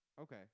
Okay